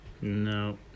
No